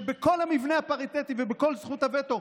שבכל המבנה הפריטטי ובכל זכות הווטו,